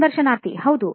ಸಂದರ್ಶನಾರ್ಥಿ ಹೌದು